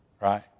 right